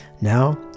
Now